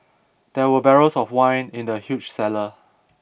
there were barrels of wine in the huge cellar